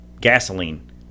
gasoline